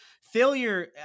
failure